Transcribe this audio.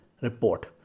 report